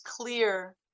clear